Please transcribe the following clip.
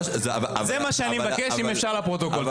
זה מה שאני מבקש, אם אפשר לפרוטוקול.